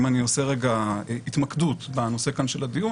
אם אני עושה רגע התמקדות בנושא הדיון כאן.